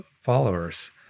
followers